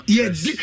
Yes